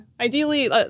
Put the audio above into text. Ideally